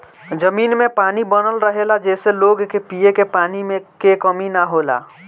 जमीन में पानी बनल रहेला जेसे लोग के पिए के पानी के कमी ना होला